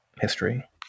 history